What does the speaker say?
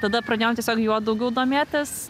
tada pradėjom tiesiog juo daugiau domėtis